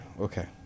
okay